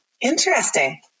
Interesting